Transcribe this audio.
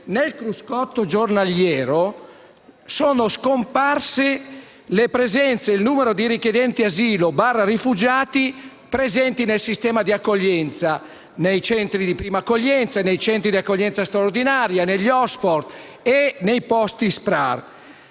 statistico giornaliero è scomparso il numero dei richiedenti asilo/ rifugiati presenti nel sistema di accoglienza, nei centri di prima accoglienza, nei centri di accoglienza straordinaria, negli *hotspot* e nei posti del